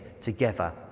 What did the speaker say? together